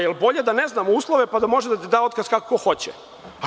Jel bolje da ne znamo uslove pa da može da da otkaz kako ko hoće?